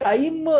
Time